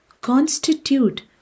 constitute